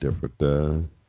different